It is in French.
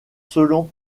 selon